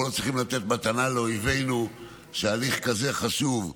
אנחנו לא צריכים לתת מתנה לאויבינו שהליך כזה חשוב,